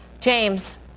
James